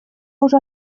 уже